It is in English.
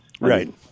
Right